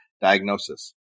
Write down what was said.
diagnosis